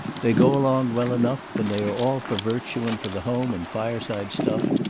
they go along well enough, and they are all for virtue and for the home and fireside stuff,